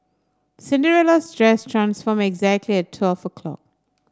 Cinderella's dress transformed exactly at twelve o'clock